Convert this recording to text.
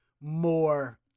more